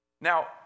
Now